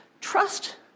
Trust